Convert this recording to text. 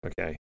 okay